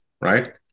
right